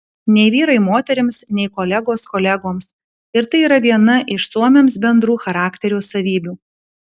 nei vyrai moterims nei kolegos kolegoms ir tai yra viena iš suomiams bendrų charakterio savybių